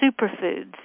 superfoods